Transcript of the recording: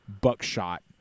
buckshot